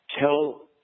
Tell